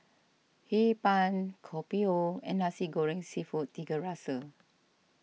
Hee Pan Kopi O and Nasi Goreng Seafood Tiga Rasa